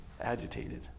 agitated